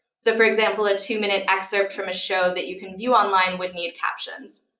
so for example, a two-minute excerpt from a show that you can view online would need captions.